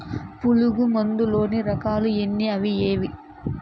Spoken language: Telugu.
పులుగు మందు లోని రకాల ఎన్ని అవి ఏవి?